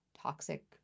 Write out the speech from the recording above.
toxic